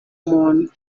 muntu